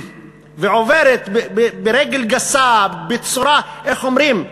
ועוברת ברגל גסה, בצורה, איך אומרים,